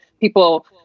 people